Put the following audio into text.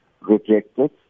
rejected